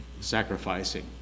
sacrificing